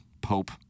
Pope